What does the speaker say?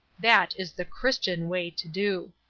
that is the christian way to do.